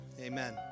Amen